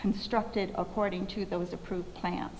constructed according to those approved plan